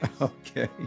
Okay